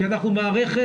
כי אנחנו מערכת